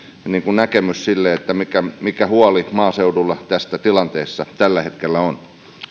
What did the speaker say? näkemystä siitä mikä huoli maaseudulla tästä tilanteesta tällä hetkellä on